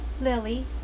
Lily